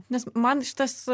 nes man šitas